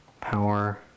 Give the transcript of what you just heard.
power